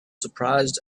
surprised